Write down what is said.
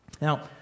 Now